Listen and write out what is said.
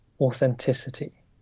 authenticity